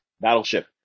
battleship